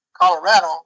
Colorado